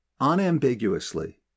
unambiguously